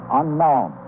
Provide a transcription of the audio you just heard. unknown